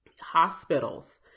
Hospitals